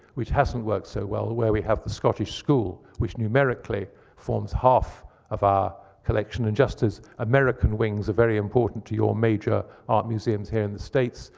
which hasn't worked so well, where we have the scottish school, which numerically forms half of our collection. and just as american wings are very important to your major art museums here in the states,